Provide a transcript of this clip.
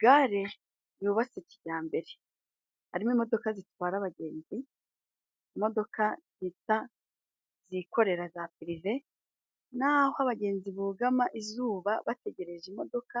Gare yubatse kijyambere harimo imodoka zitwara abagenzi, imodoka zita zikorera za Purive naho abagenzi bugama izuba, bategereje imodoka